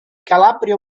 calabria